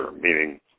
meaning